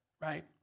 right